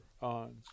on